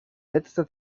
letzter